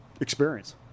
Experience